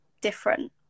different